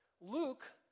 Luke